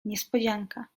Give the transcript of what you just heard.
niespodzianka